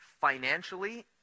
financially